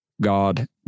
God